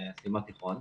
שסיימה תיכון.